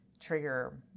trigger